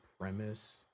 premise